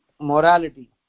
morality